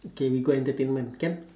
okay we go entertainment can